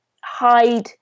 hide